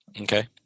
Okay